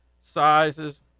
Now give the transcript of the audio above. sizes